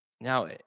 Now